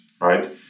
right